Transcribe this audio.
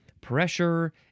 Pressure